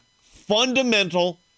fundamental